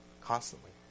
constantly